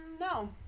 no